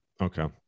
Okay